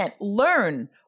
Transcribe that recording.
learn